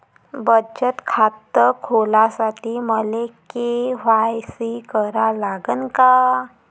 बचत खात खोलासाठी मले के.वाय.सी करा लागन का?